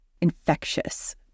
infectious